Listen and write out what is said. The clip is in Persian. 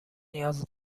نیاز